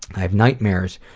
i have nightmares,